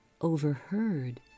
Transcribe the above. overheard